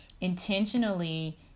intentionally